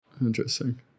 Interesting